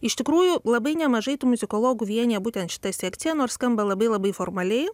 iš tikrųjų labai nemažai tų muzikologų vienija būtent šita sekcija nors skamba labai labai formaliai